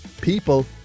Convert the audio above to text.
people